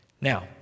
Now